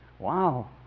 Wow